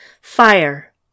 Fire